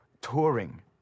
touring